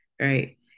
right